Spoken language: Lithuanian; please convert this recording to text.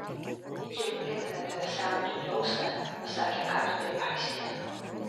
miciau paliekame tave saugoti plaustą pasakė katinui aistė